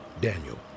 Daniel